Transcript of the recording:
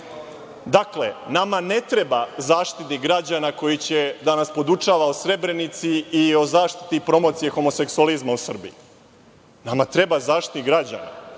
nama ne treba Zaštitnik građana koji će da nas podučava o Srebrenici i o zaštiti promocije homoseksualizma u Srbiji. Nama treba Zaštitnik građana